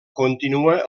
continua